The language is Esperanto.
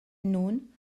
nun